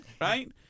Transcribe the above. right